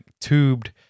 tubed